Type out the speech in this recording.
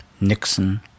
Nixon